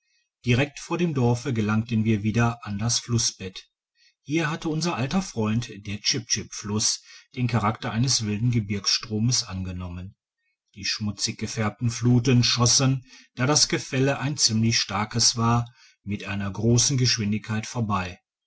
direkt vor dem dorfe gelangten wir wieder an das flussbett hier hatte unser alter freund der chipchip fluss den charakter eines wilden gebirgstromes angenommen die schmutzig gefärbten fluten schössen da das gefäll ein ziemlich starkes war mit einer grossen geschwindigkeit vorbei